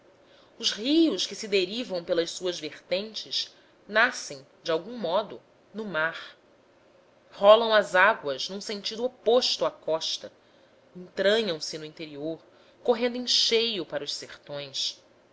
os rios que se derivam pelas suas vertentes nascem de algum modo no mar rolam as águas num sentido oposto à costa entranham se no interior correndo em cheio para os sertões